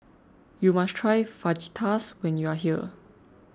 you must try Fajitas when you are here